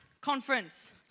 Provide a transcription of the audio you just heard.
Conference